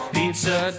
Pizza